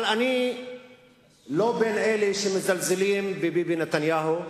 אבל אני לא בין אלה שמזלזלים בביבי נתניהו.